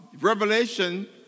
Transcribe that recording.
Revelation